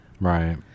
Right